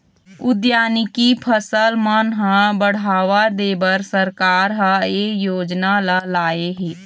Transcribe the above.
उद्यानिकी फसल मन ह बड़हावा देबर सरकार ह ए योजना ल लाए हे